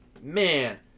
man